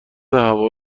هوا